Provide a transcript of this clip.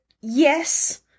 yes